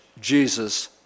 Jesus